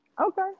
Okay